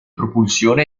propulsione